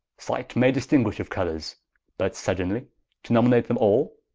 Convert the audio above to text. sight may distinguish of colours but suddenly to nominate them all,